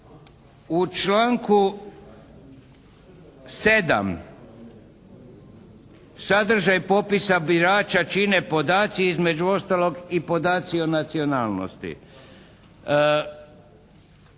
U članku 7. sadržaj popisa birača čine podaci između ostalog i podaci o nacionalnosti.